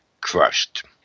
crushed